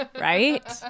Right